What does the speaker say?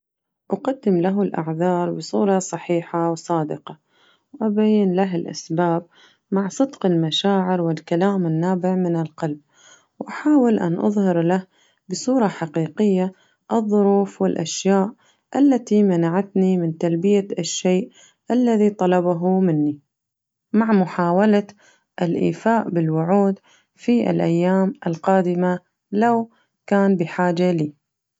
أقدم له الأعذار بصورة صحيحة وصادقة وأبين له الأسباب مع صدق المشاعر والكلام النابع من القلب وأحاول أن أظهر له بصورة حقيقية الظروف والأشياء التي منعتني من تلبية الشيء الذي طلبه مني مع محولة الإيفاء بالوعود في الأيام القادمة لو كان بحاجة لي.